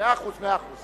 אדוני